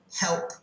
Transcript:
help